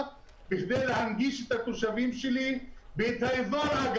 כדי להנגיש את התושבים שלי ואת התושבים של האזורים.